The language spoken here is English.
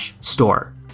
store